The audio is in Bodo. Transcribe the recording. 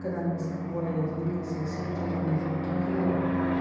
गोदान बोसोरखौ बरायनायजों लोगोसे सैत्र दाननि जोबथा खालाराव